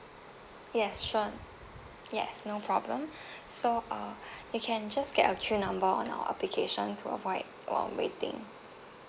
yes sure yes no problem so uh you can just get a queue number on our application to avoid um waiting